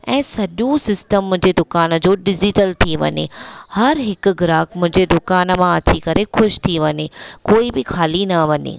ऐं सॼो सिस्टम मुजे दुकान जो डिज़िटल थी वञे हर हिकु ग्राहक मुंहिंजे दुकान मां अची करे ख़ुशि थी वञे कोई बि ख़ाली न वञे